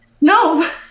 No